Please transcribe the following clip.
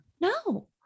No